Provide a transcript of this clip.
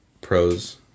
pros